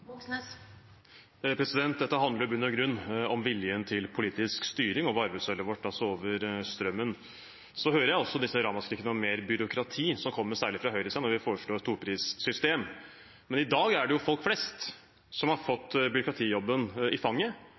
altså over strømmen. Jeg hører disse ramaskrikene om mer byråkrati, som særlig kommer fra høyresiden, når vi foreslår toprissystem. Men i dag er det jo folk flest som har fått byråkratijobben i fanget,